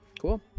Cool